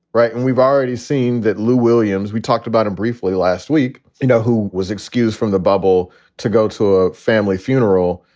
right. and we've already seen that. lou williams, we talked about him briefly last week you know who was excused from the bubble to go to a family funeral.